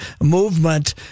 movement